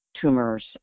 tumors